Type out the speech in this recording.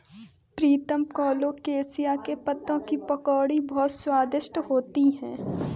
प्रीतम colocasia के पत्तों की पकौड़ी बहुत स्वादिष्ट होती है